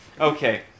Okay